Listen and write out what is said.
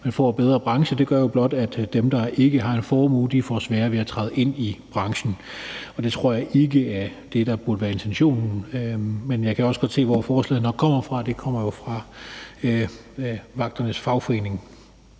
man får en bedre branche, men at det jo blot gør, at dem, der ikke har en formue, får sværere ved at træde ind i branchen, og det tror jeg ikke er det, der er intentionen. Men jeg kan nok også godt se, hvor forslaget kommer fra, nemlig fra vagternes fagforening.